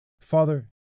Father